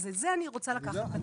אז את זה אני רוצה לקחת בצד.